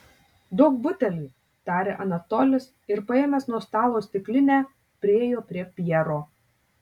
duok butelį tarė anatolis ir paėmęs nuo stalo stiklinę priėjo prie pjero